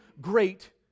great